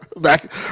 back